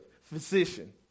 physician